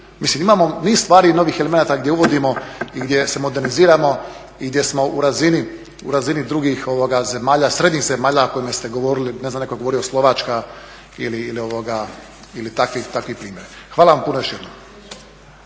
Mislim imamo niz stvari novih elemenata gdje uvodimo i gdje se moderniziramo i gdje smo u razini drugih srednjih zemalja o kojima ste govorili, ne znam netko je govorio Slovačka ili takvih primjera. Hvala vam puno još